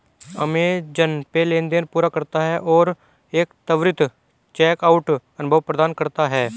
Amazon Pay लेनदेन पूरा करता है और एक त्वरित चेकआउट अनुभव प्रदान करता है